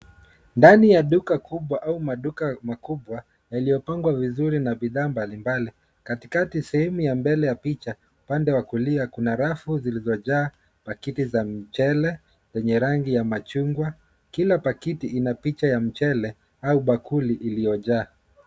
Ndani kubwa au maduka makubwa yaliyopangwa vizuri na bidhaa mbalimbali. Katikati sehemu ya mbele ya picha upande wa kulia kuna rafu zilizojaa pakiti za mchele zenye rangi ya machungwa. Kila pakiti ina picha ya mchele au bakuli iliyojaa.